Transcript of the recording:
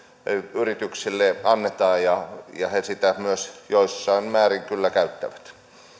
yrityksille annetaan ja he sitä myös jossain määrin kyllä käyttävät